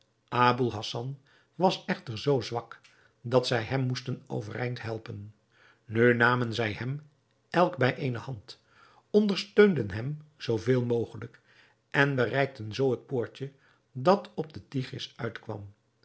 aboul hassan was echter zoo zwak dat zij hem moesten overeind helpen nu namen zij hem elk bij eene hand ondersteunden hem zoo veel mogelijk en bereikten zoo het poortje dat op den tigris uitkwam